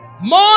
more